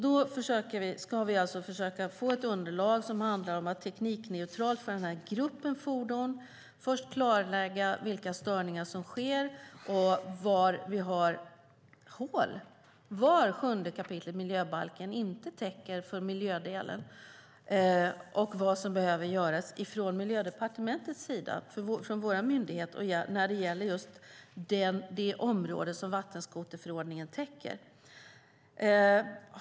Vi ska försöka få ett underlag där man teknikneutralt för den här gruppen fordon klarlagt vilka störningar som sker, var vi har hål och vad sjunde kapitlet i miljöbalken inte täcker i miljödelen samt vad som behöver göras från Miljödepartementets och vår myndighets sida när det gäller det område som vattenskoterförordningen täcker.